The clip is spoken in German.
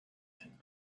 hin